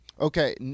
Okay